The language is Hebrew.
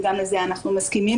וגם לזה אנחנו מסכימים.